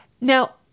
Now